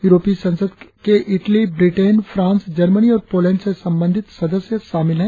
यूरोपीय संसद के इटली ब्रिटेन फ्रांस जर्मनी और पोलैंड से संबंधित सदस्य शामिल है